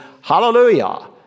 hallelujah